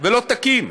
ולא תקין.